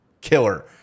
Killer